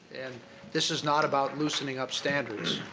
and this is not about loosening up standards.